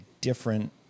different